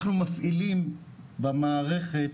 אנחנו מפעילים במערכת